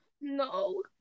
No